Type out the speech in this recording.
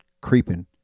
creeping